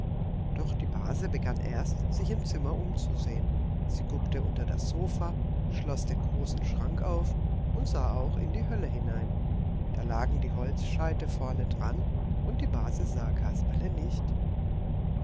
doch die base begann erst sich im zimmer umzusehen sie guckte unter das sofa schloß den großen schrank auf und sah auch in die hölle hinein da lagen die holzscheite vorne dran und die base sah kasperle nicht